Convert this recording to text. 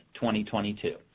2022